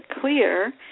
clear